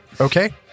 Okay